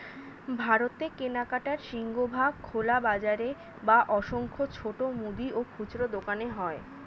ভারতে কেনাকাটার সিংহভাগ খোলা বাজারে বা অসংখ্য ছোট মুদি ও খুচরো দোকানে হয়